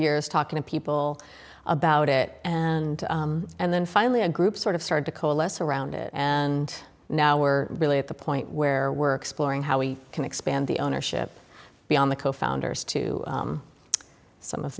years talking to people about it and and then finally a group sort of started to coalesce around it and now we're really at the point where work spring how we can expand the ownership be on the co founders to some of